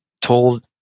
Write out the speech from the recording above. told